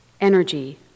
energy